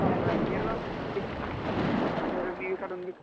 हय हय निरो विकता निरो बी काडून विकता